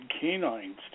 canines